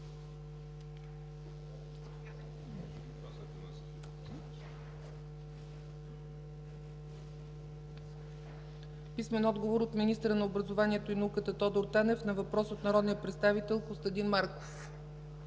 Зафиров; - министъра на образованието и науката Тодор Танев на въпрос от народния представител Костадин Маков;